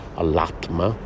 all'atma